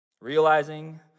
Realizing